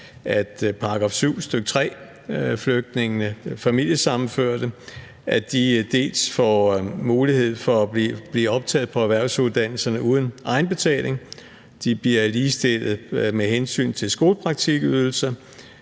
at § 7, stk. 3-flygtningene og de familiesammenførte får mulighed for at blive optaget på erhvervsuddannelserne uden egenbetaling, at de bliver ligestillet med hensyn til skolepraktikydelse